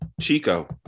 Chico